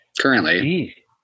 currently